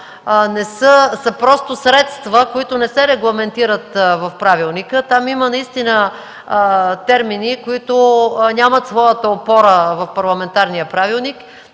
са просто средства, които не се регламентират в Правилника. Там има наистина термини, които нямат своята опора в Парламентарния правилник